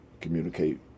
communicate